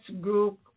group